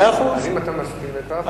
האם אתה מסכים לכך?